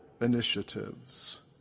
initiatives